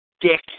Dick